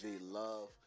Love